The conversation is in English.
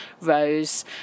Rose